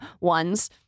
ones